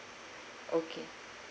okay